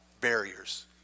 barriers